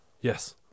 Yes